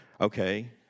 okay